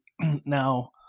now